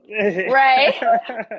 Right